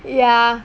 ya